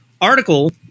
article